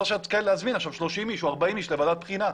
אזמין עכשיו 30 או 40 אנשים לוועדת בחינה.